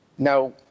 Now